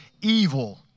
evil